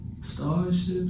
starships